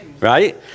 right